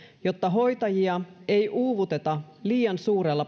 jotta hoitajia ei uuvuteta liian suurella